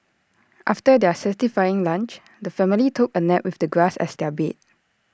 after their satisfying lunch the family took A nap with the grass as their bed